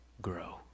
grow